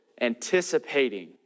anticipating